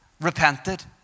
repented